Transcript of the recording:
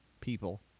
people